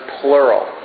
plural